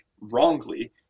wrongly